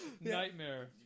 nightmare